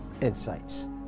insights